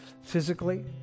physically